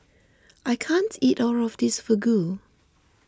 I can't eat all of this Fugu